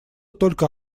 только